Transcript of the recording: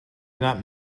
not